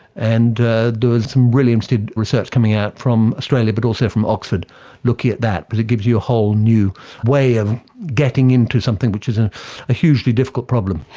and there was some really interesting research coming out from australia but also from oxford looking at that but it gives you a whole new way of getting into something which is ah a hugely difficult problem.